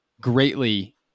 greatly